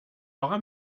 aura